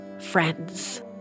friends